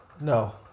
No